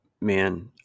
Man